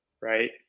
right